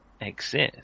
exist